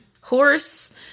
Horse